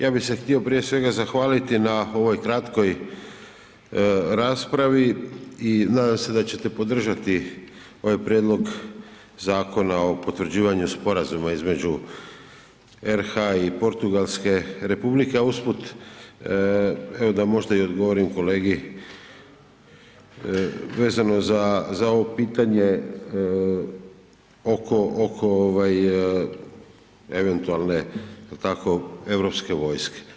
Ja bi se htio prije svega zahvaliti na ovoj kratkoj raspravi i nadam se da ćete podržati ovaj prijedlog Zakona o potvrđivanju sporazuma između RH i Portugalske republike, a usput evo da možda i odgovorim kolegi vezano za, za ovo pitanje oko, oko ovaj, eventualne, jel tako europske vojske.